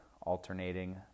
Alternating